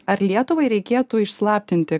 ar lietuvai reikėtų išslaptinti